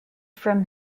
from